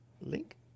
Link